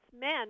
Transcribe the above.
Men